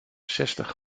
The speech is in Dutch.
zestig